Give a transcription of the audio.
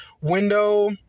window